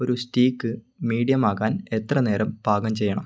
ഒരു steak medium ആകാൻ എത്ര നേരം പാകം ചെയ്യണം